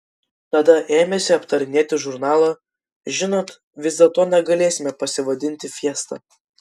tada ėmėsi aptarinėti žurnalą žinot vis dėlto negalėsime pasivadinti fiesta